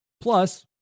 Plus